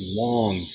long